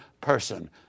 person